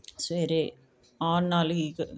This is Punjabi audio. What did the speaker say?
ਸਵੇਰੇ ਆਉਣ ਨਾਲ਼ ਹੀ